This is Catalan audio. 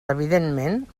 evidentment